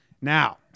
Now